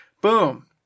Boom